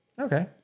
Okay